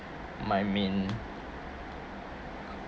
my main